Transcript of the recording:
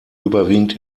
überwiegend